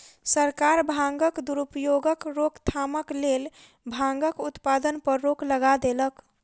सरकार भांगक दुरुपयोगक रोकथामक लेल भांगक उत्पादन पर रोक लगा देलक